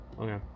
Okay